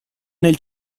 nel